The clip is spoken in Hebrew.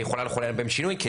יכולה לחולל בהם שינוי,